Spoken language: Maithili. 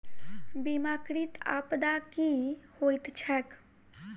बीमाकृत आपदा की होइत छैक?